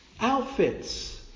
outfits